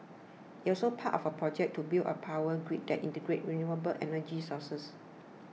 it also part of a project to build a power grid that integrates renewable energy sources